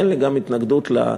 אין לי גם התנגדות לדיון,